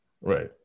Right